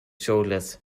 shoulders